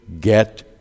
get